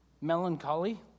melancholy